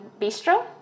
Bistro